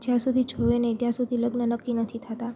જ્યાં સુધી જુએ નહીં ત્યાં સુધી લગ્ન નક્કી નથી થતાં